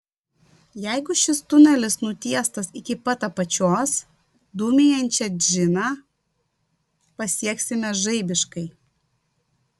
jeigu šis tunelis nutiestas iki pat apačios dūmijančią džiną pasieksime žaibiškai